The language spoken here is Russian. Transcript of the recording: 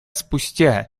спустя